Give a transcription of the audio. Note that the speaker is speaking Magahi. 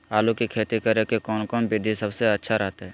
आलू की खेती करें के कौन कौन विधि सबसे अच्छा रहतय?